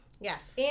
Yes